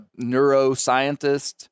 neuroscientist